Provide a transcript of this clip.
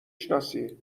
شناسی